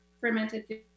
fermented